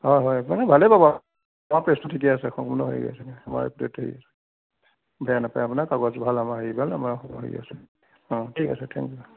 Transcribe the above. হয় হয় মানে ভালে পাব হয় পেজতো ঠিকেই আছে সম্পূৰ্ণ হেৰি আছে মই গোটেইটো বেয়া নাপায় আপোনাৰ কাগজ ভাল আমাৰ হেৰি ভাল আমাৰ অঁ ঠিক আছে থেক ইউ